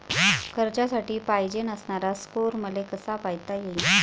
कर्जासाठी पायजेन असणारा स्कोर मले कसा पायता येईन?